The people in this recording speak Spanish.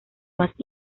más